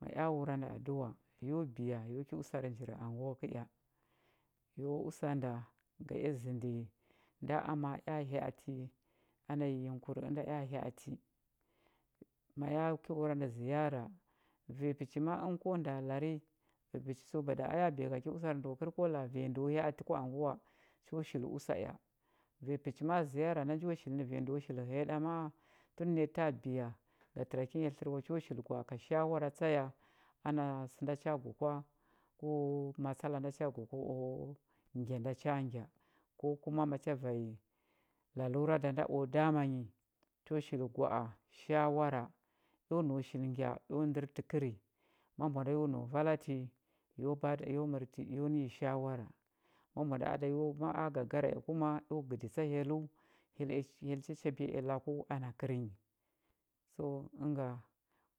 Ma ea wuranda aduwa yo biya yo ki usar njir anguwa kəea yo usa nda ga ea zəndi nda ama ea hya ati na yiyingkur ənda ea hya ati ma ya ki wuranda ziyara vanya pəchi ma a əngə ko nda lari vanya pəchi mada a ya biya ki usar ndə wa kəl ko la a vanya ndəo hya atə ku anguwa cho shili usa ea vanya pəchi ma a ziyara nda njo hili nə vanya ndəo shili həya ɗa ma a tun naya taa biya ga təra kya nya tlər wa cho shili gwa a ka shawara tsa ya ana sə nda cha gwa kwa ko matsala nda cha gwa kwa o ngya nda cha ngya ko kuma macha vanya lalura da nda o dama nyi cho shili gwa a shawara eo nau shili ngya eo ndər təkəri ma mbwa nda yo nau vala ti yo bada yo mərti yo nə nyi shawara ma mbwa nda a da yo ma a gagara ea kuma eo gədi tsa hyellə hyell cha chabiya ea laku ana kərnyi so ənga